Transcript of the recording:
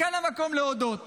כאן המקום להודות